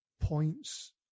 points